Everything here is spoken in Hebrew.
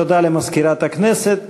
תודה למזכירת הכנסת.